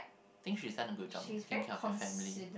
think she's done a good job in taking care of your family